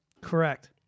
correct